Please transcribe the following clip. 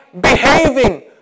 behaving